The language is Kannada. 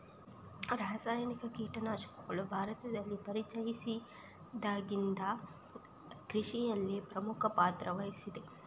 ರಾಸಾಯನಿಕ ಕೀಟನಾಶಕಗಳು ಭಾರತದಲ್ಲಿ ಪರಿಚಯಿಸಿದಾಗಿಂದ ಕೃಷಿಯಲ್ಲಿ ಪ್ರಮುಖ ಪಾತ್ರ ವಹಿಸಿದೆ